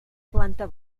planta